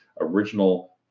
original